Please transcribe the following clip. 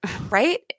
Right